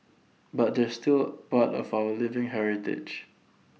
but they're still part of our living heritage